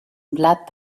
blat